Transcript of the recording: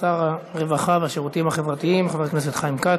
שר הרווחה והשירותים החברתיים חבר הכנסת חיים כץ.